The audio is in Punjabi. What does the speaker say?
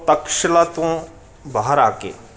ਤਕਸ਼ਲਾ ਤੋਂ ਬਾਹਰ ਆ ਕੇ